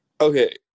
Okay